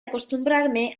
acostumbrarme